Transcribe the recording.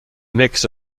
mix